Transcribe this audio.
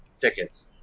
tickets